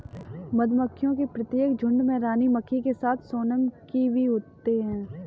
मधुमक्खियों के प्रत्येक झुंड में रानी मक्खी के साथ सोनम की भी होते हैं